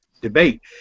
debate